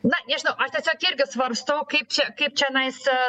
na nežinau aš tiesiog irgi svarstau kaip čia kaip čionais